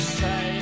say